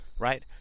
right